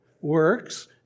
works